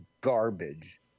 garbage